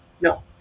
No